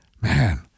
Man